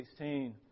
16